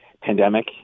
pandemic